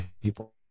people